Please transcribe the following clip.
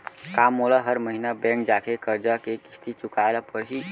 का मोला हर महीना बैंक जाके करजा के किस्ती चुकाए ल परहि?